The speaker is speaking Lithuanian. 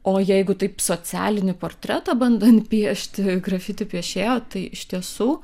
o jeigu taip socialinį portretą bandant piešti grafiti piešėjo tai iš tiesų